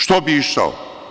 Što bi išao?